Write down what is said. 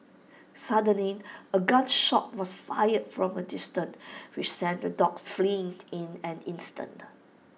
suddenly A gun shot was fired from A distant which sent the dogs fleeing in an instant